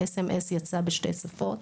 האס.אם.אס יצא בשתי שפות.